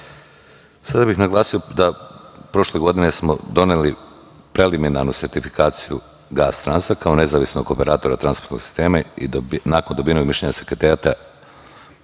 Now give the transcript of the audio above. bih naglasio da smo prošle godine doneli preliminarnu sertifikaciju GAS Transa kao nezavisnog operatora transportnog sistema i nakon dobijenog mišljenja Sekretarijata